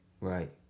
Right